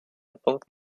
banque